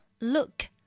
look